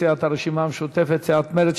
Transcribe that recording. סיעת הרשימה המשותפת וסיעת מרצ,